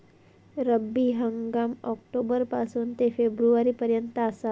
रब्बी हंगाम ऑक्टोबर पासून ते फेब्रुवारी पर्यंत आसात